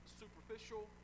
superficial